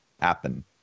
happen